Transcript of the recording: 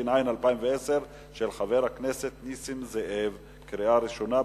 התש"ע 2010, של חבר הכנסת נסים זאב, קריאה ראשונה.